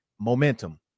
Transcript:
Momentum